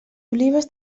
olives